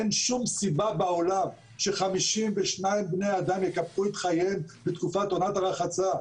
אין שום סיבה בעולם ש-52 בני אדם יקפחו את חייהם בתקופת עונת הרחצה.